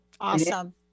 Awesome